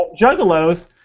juggalos